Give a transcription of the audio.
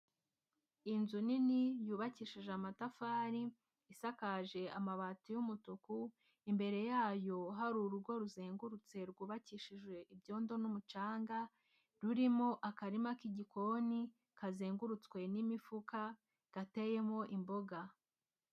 Inzu nini yubakishije amatafari, isakaje amabati y'umutuku, imbere yayo hari urugo ruzengurutse rwubakishije ibyondo n'umucanga, rurimo akarima k'igikoni kazengurutswe n'imifuka gateyemo imboga.